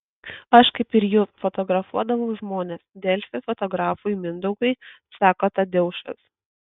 aš kaip ir jūs fotografuodavau žmones delfi fotografui mindaugui sako tadeušas